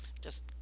just-